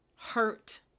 hurt